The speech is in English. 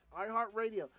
iHeartRadio